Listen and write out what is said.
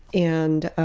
and